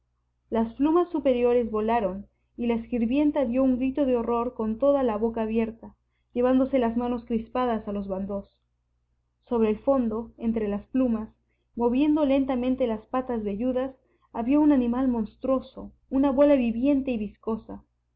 las plumas superiores volaron y la sirvienta dió un grito de horror con toda la boca abierta llevándose las manos crispadas a los bandós sobre el fondo entre las plumas moviendo lentamente las patas velludas había un animal monstruoso una bola viviente y viscosa